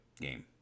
game